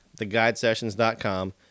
theguidesessions.com